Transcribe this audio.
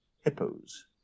Hippos